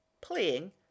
playing